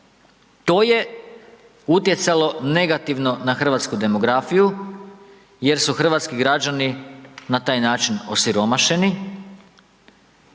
To je utjecalo negativno na hrvatsku demografiju jer su hrvatski građani na taj način osiromašeni,